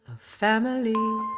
ah family